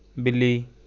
ਬਿੱਲੀ